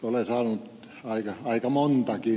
olen ollut oikea aika montakin